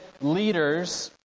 leaders